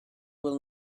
will